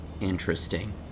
interesting